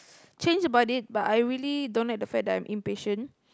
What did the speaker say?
change about it but I really don't like the fact that I'm impatient